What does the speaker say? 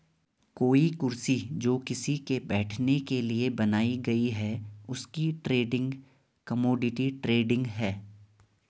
कोई कुर्सी जो किसी के बैठने के लिए बनाई गयी है उसकी ट्रेडिंग कमोडिटी ट्रेडिंग है